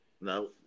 No